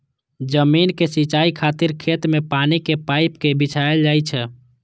जमीन के सिंचाइ खातिर खेत मे पानिक पाइप कें बिछायल जाइ छै